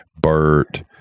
bert